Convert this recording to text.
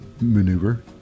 maneuver